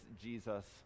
jesus